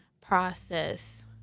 process